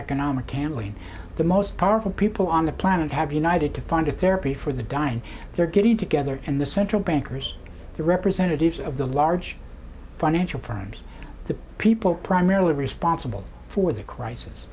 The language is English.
economic can only the most powerful people on the planet have united to find a therapy for the dying they're getting together and the central bankers the representatives of the large financial firms the people primarily responsible for the crisis